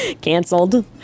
Canceled